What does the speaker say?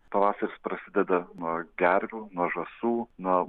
pavasaris prasideda nuo gervių nuo žąsų nuo